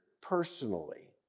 personally